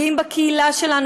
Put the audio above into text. גאים בקהילה שלנו,